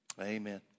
Amen